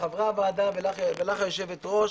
לחברי הוועדה ולך היושבת ראש,